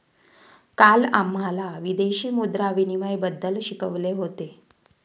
काल आम्हाला विदेशी मुद्रा विनिमयबद्दल शिकवले होते